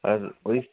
আর ওই